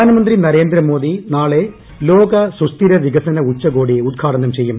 പ്രധാന മന്ത്രി നരേന്ദ്ര മോദി നാളെ ലോക സുസ്ഥിര വികസന ഉച്ചകോടി ഉദ്ഘാടനം ചെയ്യും